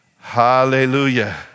Hallelujah